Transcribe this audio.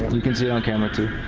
you can see it on camera too.